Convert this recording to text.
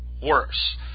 worse